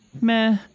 meh